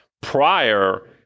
prior